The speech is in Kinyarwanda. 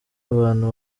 abantu